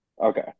okay